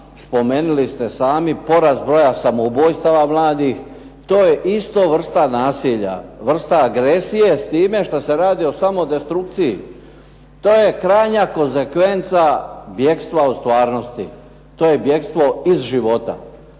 Spomenuli ste sami porast broja samoubojstava mladih. To je isto vrsta nasilja, vrsta agresije s time što se radi o samodestrukciji. To je krajnja konzekvenca bjegstva od stvarnosti. To je bjegstvo iz života.